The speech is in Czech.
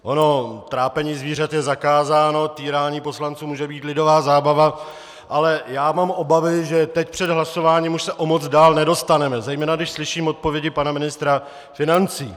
Ono trápení zvířat je zakázáno, týrání poslanců může být lidová zábava, ale já mám obavy, že teď před hlasováním už se o moc dál nedostaneme, zejména když slyším odpovědi pana ministra financí.